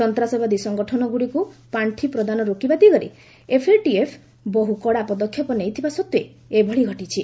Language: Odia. ସନ୍ତାସବାଦୀ ସଂଗଠନଗୁଡ଼ିକୁ ପାଣ୍ଠି ପ୍ରଦାନ ରୋକିବା ଦିଗରେ ଏଫ୍ଏଟିଏଫ୍ ବହୁ କଡା ପଦକ୍ଷେପ ନେଇଥିବା ସତ୍ତ୍ୱେ ଏଭଳି ଘଟିଛି